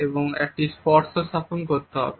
এবং একটি স্পর্শ স্থাপন করতে হবে